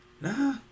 Nah